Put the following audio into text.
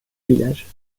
village